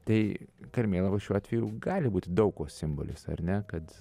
tai karmėlava šiuo atveju gali būti daug ko simbolis ar ne kad